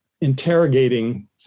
interrogating